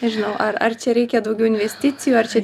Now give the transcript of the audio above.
nežinau ar ar čia reikia daugiau investicijų ar čia